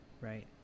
right